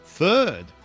third